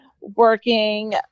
working